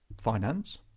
finance